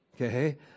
Okay